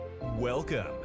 Welcome